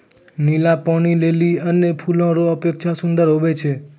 नीला पानी लीली अन्य फूल रो अपेक्षा सुन्दर हुवै छै